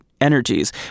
energies